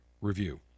review